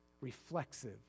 Reflexive